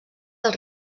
del